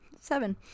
Seven